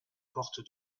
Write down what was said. porte